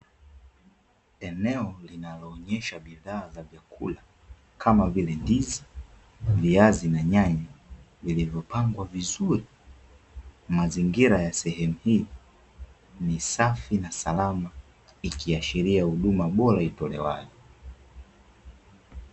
Eneo linaloonyesha bidhaa za vyakula, kama vile ndizi, viazi na nyanya vilivyopangwa vizuri, mazingira ya sehemu hii, ni safi na salama ikiashiria huduma bora itolewayo.